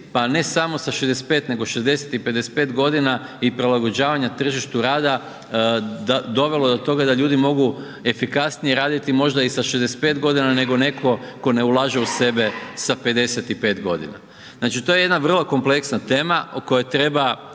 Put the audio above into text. pa ne samo sa 65., nego 60. i 55.g. i prilagođavanja tržištu rada dovelo do toga da ljudi mogu efikasnije raditi možda i sa 65.g. nego tko ne ulaže u sebe sa 55.g. Znači, to je jedna vrlo kompleksna tema o kojoj treba